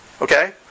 Okay